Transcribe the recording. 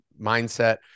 mindset